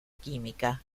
química